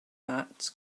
that